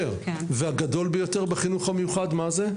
והגדול ביותר, בחינוך המיוחד מה זה?